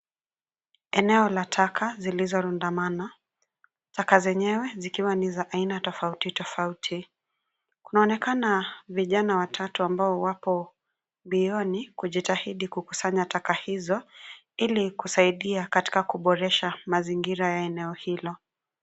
Eneo la taka zilizorundamana; taka zenyewe zikiwa ni za aina tofauti tofauti. Kunaonekana vijana watatu, ambao wapo mbioni kujitahidi kuzikusanya taka hizo ili kusaidia kuboresha mazingira ya eneo hilo.